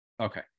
Okay